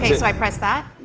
okay, so i press that?